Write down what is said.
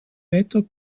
wetter